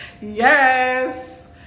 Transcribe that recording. Yes